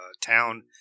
town